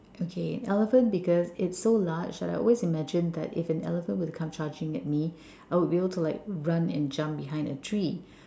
okay elephant because it's so large and I always imagined that if an elephant would be to come charging at me I would be able to like run and jump behind a tree